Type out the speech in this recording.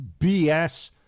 BS